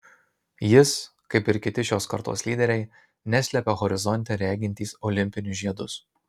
jis kaip ir kiti šios kartos lyderiai neslepia horizonte regintys olimpinius žiedus